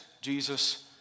Jesus